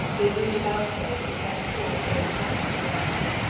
but it moved about so that he had to hold very tight to the arms.